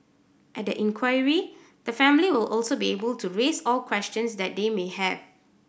at the inquiry the family will also be able to raise all questions that they may have